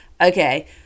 Okay